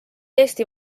eesti